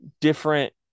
different